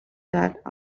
that